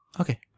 Okay